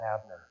Abner